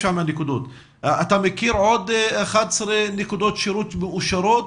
אתה מכיר עוד 11 נקודות שירות מאושרות,